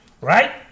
Right